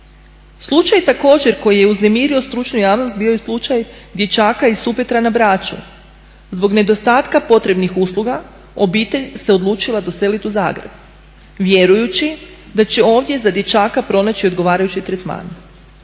Slučaj također koji je uznemirio stručnu javnost bio je slučaj dječaka iz Supetra na Braču. Zbog nedostatka potrebnih usluga obitelj se odlučila doseliti u Zagreb. Vjerujući da će ovdje za dječaka pronaći odgovarajući tretman.